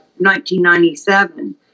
1997